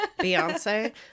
Beyonce